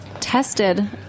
tested